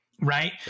Right